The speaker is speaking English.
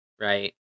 Right